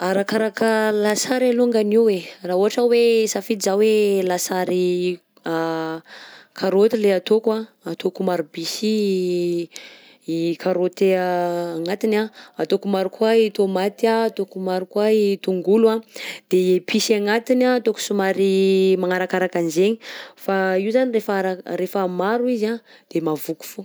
Arakaraka lasary alongany io e, raha ohatra hoe hisafidy za hoe lasary karaoty le ataoko anh, ataoko maro bi si i karaoty agnatiny anh, ataoko maro koa i tômaty anh, ataoko maro koa i tongolo anh; de episy agnatiny anh ataoko somary magnarakaraka an'zaigny fa io zany rehefa ara- maro izy anh de mahavoky fo.